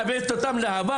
על ראיית האחר,